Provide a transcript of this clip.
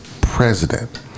president